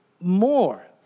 more